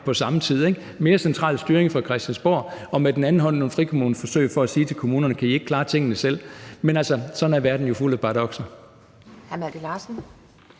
den ene hånd mere central styring fra Christiansborg og med den anden hånd nogle frikommuneforsøg for at spørge kommunerne, om de ikke kan klare tingene selv. Men, altså, sådan er verden jo fuld af paradokser.